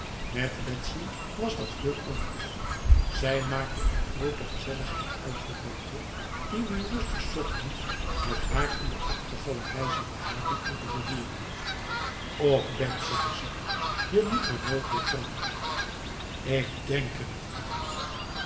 met betsy was dat heel anders zij maakte een grote gezelligheid uit voor tante die nu rustig s ochtends met haar in de achtergalerij zat te haken en te borduren och bets zei ze je moet maar nooit weer trouwen ik denk er niet aan